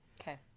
Okay